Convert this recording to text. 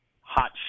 hot